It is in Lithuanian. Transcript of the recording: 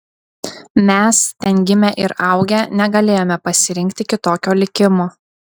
mes ten gimę ir augę negalėjome pasirinkti kitokio likimo